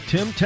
Tim